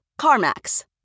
CarMax